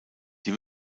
die